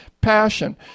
passion